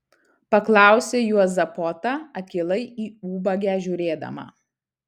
paklausė juozapota akylai į ubagę žiūrėdama